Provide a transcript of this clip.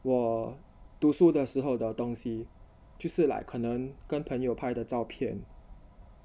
我读书的时候的东西就是 like 可能跟朋友拍的照片